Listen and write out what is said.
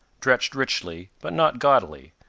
dressed richly, but not gaudily,